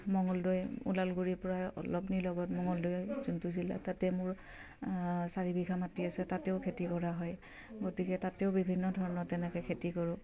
মঙলদৈ ওদালগুৰিৰ পৰা অলপ নিলগত মঙলদৈ যোনটো জিলা তাতে মোৰ চাৰি বিঘা মাটি আছে তাতেও খেতি কৰা হয় গতিকে তাতেও বিভিন্ন ধৰণৰ তেনেকে খেতি কৰোঁ